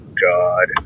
God